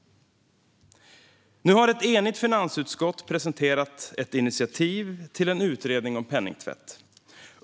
Nu har ett enigt finansutskott presenterat ett initiativ till en utredning om penningtvätt.